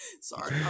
Sorry